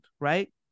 right